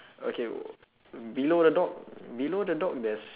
okay below the dog below the dog there's